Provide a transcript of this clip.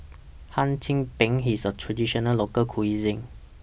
Hum Chim Peng IS A Traditional Local Cuisine